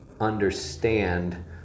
understand